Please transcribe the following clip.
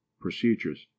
procedures